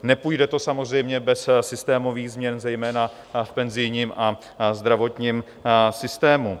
Nepůjde to samozřejmě bez systémových změn zejména v penzijním a zdravotním systému.